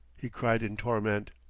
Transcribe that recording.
he cried in torment.